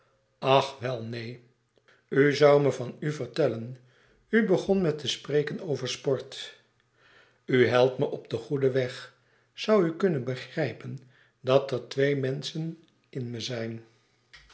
ach wel neen u zoû me van u vertellen u begon met te spreken over sport u helpt me op den goeden weg zoû u kunnen begrijpen dat er twee menschen in me zijn